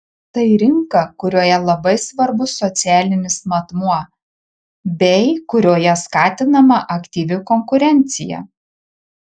tai rinka kurioje labai svarbus socialinis matmuo bei kurioje skatinama aktyvi konkurencija